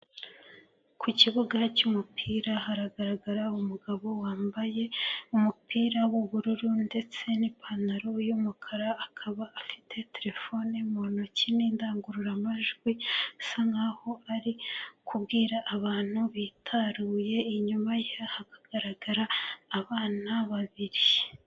Ku kibuga cy'umupira haragaragara umugabo wambaye umupira w'ubururu ndetse n'ipantaro y'umukara, akaba afite terefone mu ntoki n'indangururamajwi asa nk'aho ari kubwira abantu bitaruye, inyuma ye hakagaragara abana babiri.